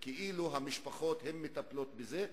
שכאילו המשפחות הן מטפלות בזה,